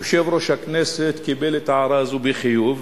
יושב-ראש הכנסת קיבל את ההערה הזאת בחיוב.